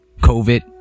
COVID